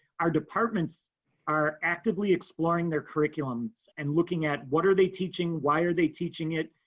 our departments are actively exploring their curriculum and looking at what are they teaching? why are they teaching it?